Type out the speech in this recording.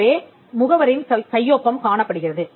எனவே முகவரின் கையொப்பம் காணப்படுகிறது